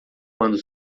quando